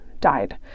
died